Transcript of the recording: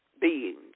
beings